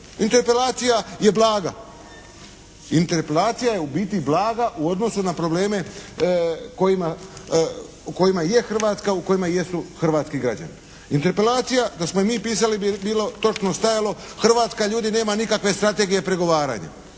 Interpelacija je blaga. Interpelacija je u biti blaga u odnosu na probleme u kojima je Hrvatska, u kojima jesu hrvatski građani. Interpelacija da smo je mi pisali bi bilo točno stajalo Hrvatska ljudi nema nikakve strategije pregovaranja.